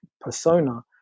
persona